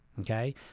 okay